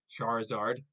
Charizard